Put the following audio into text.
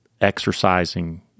exercising